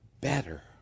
better